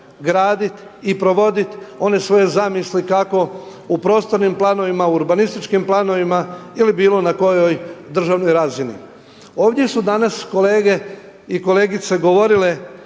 graditi i provoditi one svoje zamisli kako u prostornim planovima u urbanističkim planovima ili na bilo kojoj državnoj razini. Ovdje su danas kolegice i kolege govorile